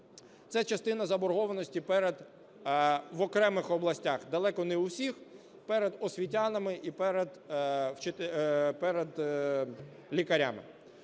це частина заборгованості перед - в окремих областях, далеко не в усіх, - перед освітянами і перед лікарями.